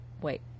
wait